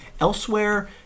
Elsewhere